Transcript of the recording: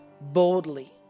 boldly